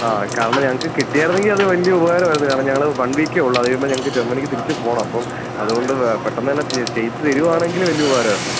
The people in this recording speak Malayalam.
ആ കാരണം ഞങ്ങൾക്ക് കിട്ടിയായിരുന്നെങ്കിൽ അത് വലിയ ഉപകാരമായിരുന്നു കാരണം ഞങ്ങൾ വൺ വീക്കെയുള്ളൂ അതുകഴിയുമ്പം ഞങ്ങൾക്ക് ജർമനിക്ക് തിരിച്ച് പോവണം അപ്പം അത് കൊണ്ട് വേ പെട്ടെന്നുതന്നെ ചെയ്തുതരികയാണെങ്കിൽ വലിയ ഉപകാരമായിരുന്നു